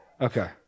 Okay